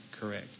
correct